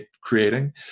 creating